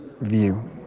view